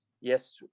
yes